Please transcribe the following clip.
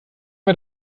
wir